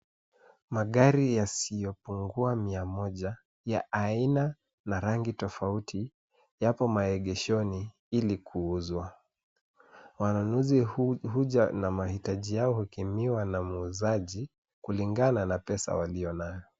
Magari yasiyopungua mia moja, ya aina na rangi tofauti, yapo maegeshoni ili kuuzwa. Wanunuzi huja na mahitaji yao hukimiwa na muuzaji kulingana na pesa walionayo.